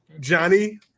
Johnny